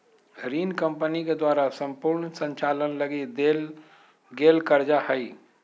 ऋण कम्पनी के द्वारा सम्पूर्ण संचालन लगी देल गेल कर्जा हइ